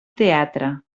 teatre